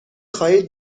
خواهید